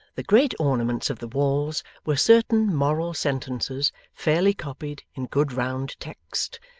the great ornaments of the walls were certain moral sentences fairly copied in good round text,